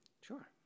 Sure